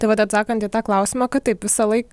tai vat atsakant į tą klausimą kad taip visąlaik